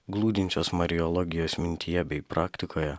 glūdinčios mariologijos mintyje bei praktikoje